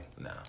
No